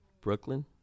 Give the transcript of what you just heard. Brooklyn